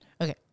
Okay